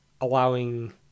allowing